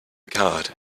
card